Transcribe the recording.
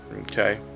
okay